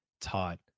taught